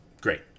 Great